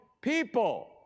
people